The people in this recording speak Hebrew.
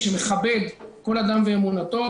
ומכבד כל אדם ואמונתו.